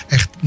Echt